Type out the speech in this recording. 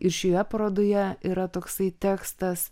ir šioje parodoje yra toksai tekstas